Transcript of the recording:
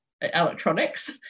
electronics